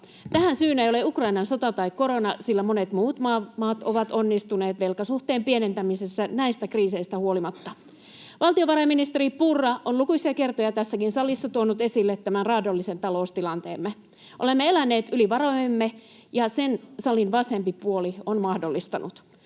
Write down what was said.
Tähän syynä ei ole Ukrainan sota tai korona, sillä monet muut maat ovat onnistuneet velkasuhteen pienentämisessä näistä kriiseistä huolimatta. Valtiovarainministeri Purra on lukuisia kertoja tässäkin salissa tuonut esille tämän raadollisen taloustilanteemme. Olemme eläneet yli varojemme, ja sen salin vasempi puoli on mahdollistanut.